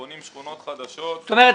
בונים שכונות חדשות --- זאת אומרת,